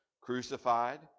Crucified